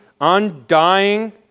undying